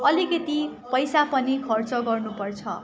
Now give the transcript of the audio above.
अलिकति पैसा पनि खर्च गर्नुपर्छ